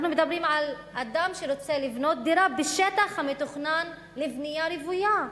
אנחנו מדברים על אדם שרוצה לבנות דירה בשטח המתוכנן לבנייה רוויה,